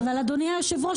אבל אדוני היושב-ראש,